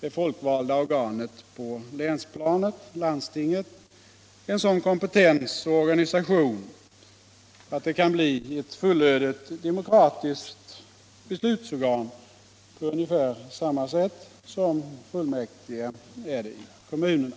det folkvalda organet på länsplanet, landstinget, en sådan kompetens och organisation att det kan bli ett fullödigt demokratiskt beslutsorgan på ungefär samma sätt som fullmäktige är i kommunerna.